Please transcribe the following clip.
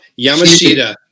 Yamashita